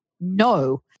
no